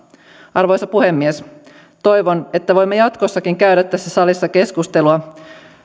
arvoisa puhemies toivon että voimme jatkossakin käydä tässä salissa keskustelua